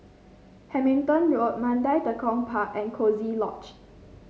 Hamilton Road Mandai Tekong Park and Coziee Lodge